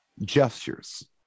gestures